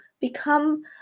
become